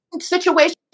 situation